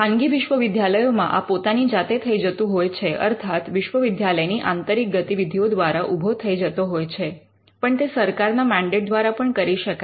ખાનગી વિશ્વવિદ્યાલયોમાં આ પોતાની જાતે થઈ જતું હોય છે અર્થાત વિશ્વવિદ્યાલયની આંતરિક ગતિવિધિઓ દ્વારા ઊભો થઈ જતો હોય છે પણ તે સરકારના મૅન્ડેટ દ્વારા પણ કરી શકાય